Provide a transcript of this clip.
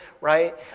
right